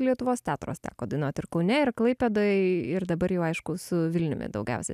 lietuvos teatruos teko dainuot ir kaune ir klaipėdoj ir dabar jau aišku su vilniumi daugiausia